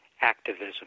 activism